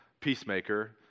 Peacemaker